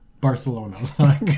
Barcelona